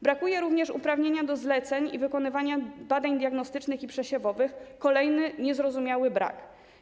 Brakuje również uprawnienia do zleceń i wykonywania badań diagnostycznych i przesiewowych - kolejny niezrozumiały brak.